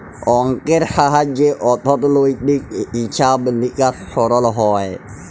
অংকের সাহায্যে অথ্থলৈতিক হিছাব লিকাস সরল হ্যয়